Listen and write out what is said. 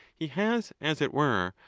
he has, as it were,